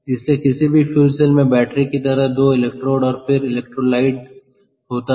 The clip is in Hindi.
इसलिए किसी भी फ्यूल सेल में बैटरी की तरह दो इलेक्ट्रोड और फिर इलेक्ट्रोलाइट होता है